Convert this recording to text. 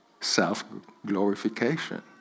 self-glorification